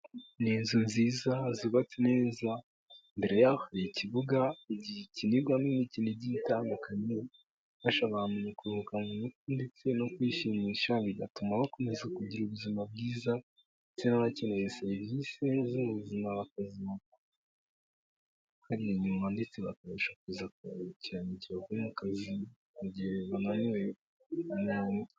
Ni inzu nziza zubabatse neza. Imbere yaho hari ikibuga gikinirwamo imikino igiye itandukanye ifasha abantu kuruhuka mu mutwe ndetse no kwishimisha bigatuma bakomeza kugira ubuzima bwiza, ndetse n'abakeneye serivisi z'ubuzima bakazibona hariya inyuma ndetse bakabasha kuza ku kibuga bavuye mu kazi mu gihe bananiwe.